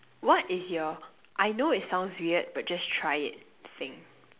what is your I know it sounds weird but just try it thing